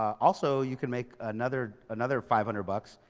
also you can make another another five hundred bucks,